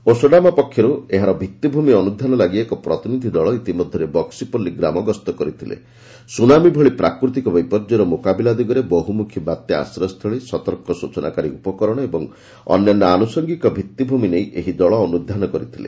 OSDMA ପକ୍ଷରୁ ଏହାର ଭିଭିମି ଅନୁଧ୍ଧାନ ଲାଗି ଏକ ପ୍ରତିନିଧି ଦଳ ଇତିମଧ୍ଧରେ ବକ୍ୱିପଲ୍ଲୀ ଗ୍ରାମ ଗସ୍ତ କରିଥିଲେ ସୁନାମି ଭଳି ପ୍ରାକୃତିକ ବିପର୍ଯ୍ୟୟର ମୁକାବିଲା ଦିଗରେ ବହୁମୁଖୀ ବାତ୍ୟା ଆଶ୍ରୟସ୍ଥଳୀ ସତର୍କ ସୂଚନାକାରୀ ଉପକରଣ ତଥା ଅନ୍ୟାନ୍ୟ ଆନୁଷଙ୍ଗିକ ଭିଉିଭୂମି ନେଇ ଏହି ଦଳ ଅନୁଧ୍ଧାନ କରିଥିଲେ